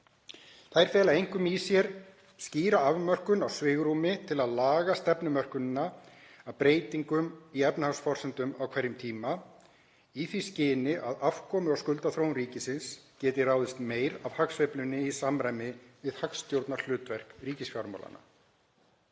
Þær fela einkum í sér skýra afmörkun á svigrúmi til að laga stefnumörkunina að breytingum í efnahagsforsendum á hverjum tíma í því skyni að afkomu- og skuldaþróun ríkissjóðs geti ráðist meira af hagsveiflunni í samræmi við hagstjórnarhlutverk ríkisfjármálanna.